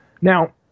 Now